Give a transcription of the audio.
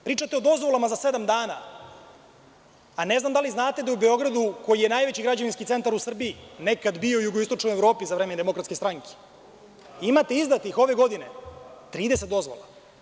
Pričate o dozvolama za sedam dana, a ne znam da li znate da je u Beogradu koji je najveći građevinski centar u Srbiji, nekad bio i u jugoistočnoj Evropi za vreme Demokratske stranke, imate izdatih ove godine 30 dozvola.